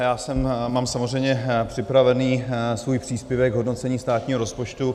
Já mám samozřejmě připravený svůj příspěvek k hodnocení státního rozpočtu.